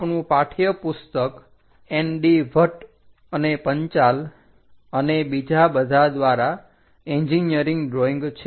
આપણું પાઠ્યપુસ્તક ND ભટ્ટ અને પંચાલ અને બીજા બધા દ્વારા એન્જીનિયરીંગ ડ્રોઈંગ છે